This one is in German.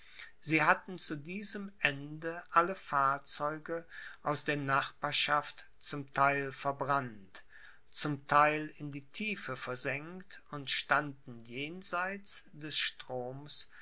sie hatten zu diesem ende alle fahrzeuge aus der nachbarschaft zum theil verbrannt zum theil in die tiefe versenkt und standen jenseit des stroms